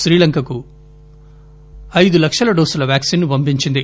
శ్రీలంకకు ఐదు లక్షల డోసుల వ్యాక్పిన్ను పంపించింది